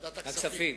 ועדת הכספים.